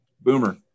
Boomer